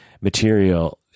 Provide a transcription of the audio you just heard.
material